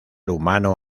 humano